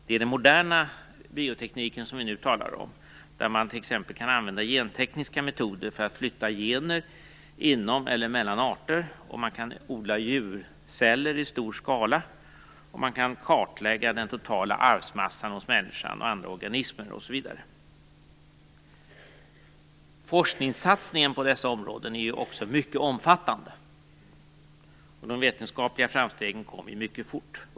Det är den moderna biotekniken som vi nu talar om, där man t.ex. kan använda gentekniska metoder för att flytta gener inom eller mellan arter, man kan odla djurceller i stor skala, och man kan kartlägga den totala arvsmassan hos människan och andra organismer, osv. Forskningssatsningen på dessa områden är också mycket omfattande. De vetenskapliga framstegen kom ju mycket fort.